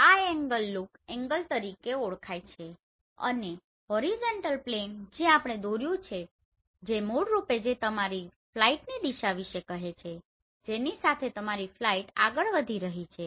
આ angle look angle તરીકે ઓળખાય છે અને હોરિઝોન્ટલ પ્લેન જે આપણે દોર્યું છે જે મૂળરૂપે જે મને તમારી ફ્લાઇટની દિશા વિશે કહે છે જેની સાથે તમારી ફ્લાઇટ આગળ વધી રહી છે